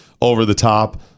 over-the-top